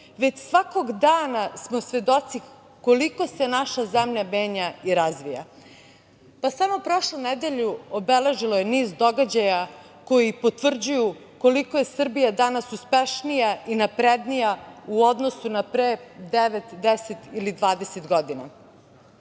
već svakog dana smo svedoci koliko se naša zemlja menja i razvija. Samo prošle nedelju obeležilo je niz događaja koji potvrđuju koliko je Srbija danas uspešnija i naprednija u odnosu na pre devet, deset